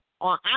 on